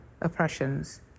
oppressions